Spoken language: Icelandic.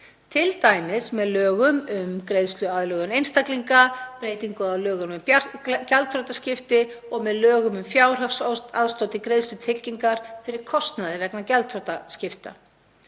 t.d. með lögum um greiðsluaðlögun einstaklinga, breytingu á lögum um gjaldþrotaskipti og með lögum um fjárhagsaðstoð til greiðslu tryggingar fyrir kostnaði vegna gjaldþrotaskipta.